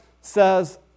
says